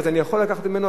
אז אני יכול לקחת ממנו,